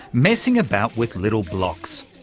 messing about with little blocks.